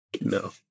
No